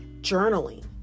journaling